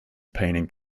painting